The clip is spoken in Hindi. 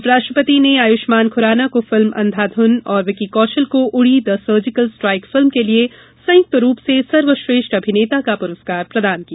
उपराष्ट्रपति ने आयुष्मान खुराना को फिल्म अंधाध्वन और विक्वी कौशल को Uri the surgical strike film के लिए संयुक्त रूप से सर्वश्रेष्ठ अभिनेता का पुरस्कार प्रदान किया